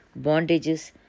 bondages